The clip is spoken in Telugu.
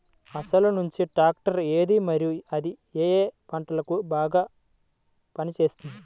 అసలు మంచి ట్రాక్టర్ ఏది మరియు అది ఏ ఏ పంటలకు బాగా పని చేస్తుంది?